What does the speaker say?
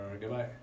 Goodbye